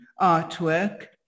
artwork